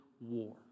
war